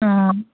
অঁ